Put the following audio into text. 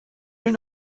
will